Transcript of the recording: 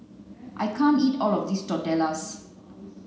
I can't eat all of this Tortillas